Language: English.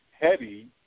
Heavy